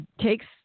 takes